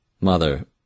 Mother